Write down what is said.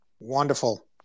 wonderful